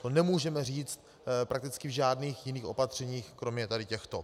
To nemůžeme říct prakticky v žádných jiných opatřeních kromě těchto.